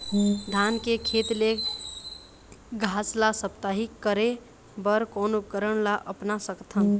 धान के खेत ले घास ला साप्ताहिक करे बर कोन उपकरण ला अपना सकथन?